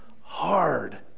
hard